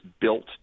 built